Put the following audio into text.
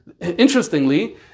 interestingly